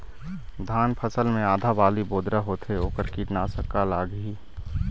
धान फसल मे आधा बाली बोदरा होथे वोकर कीटनाशक का लागिही?